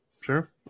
sure